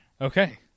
Okay